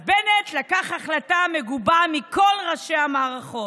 אז בנט לקח החלטה מגובה מכל ראשי המערכות.